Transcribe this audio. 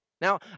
Now